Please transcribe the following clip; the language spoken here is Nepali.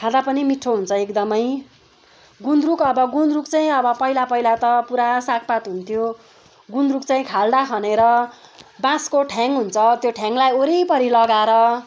खाँदा पनि मिठो हुन्छ एकदमै गुन्द्रुक अब गुन्द्रुक चाहिँ अब पहिला पहिला त पुरा साग पात हुन्थ्यो गुन्द्रुक चाहिँ खाल्डो खनेर बाँसको ठ्याङ् हुन्छ त्यो ठ्याङ्लाई वरिपरि लगाएर